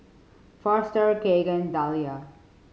Foster Kegan Dalia